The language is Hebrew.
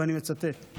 ואני מצטט: